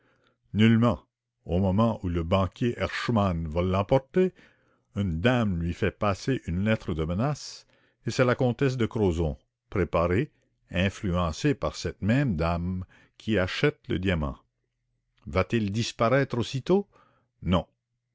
non au moment où le banquier herschmann va l'emporter une dame lui fait passer une lettre de menaces et c'est la comtesse de crozon préparée influencée par cette même dame qui achète le diamant disparaît il aussitôt non